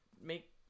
make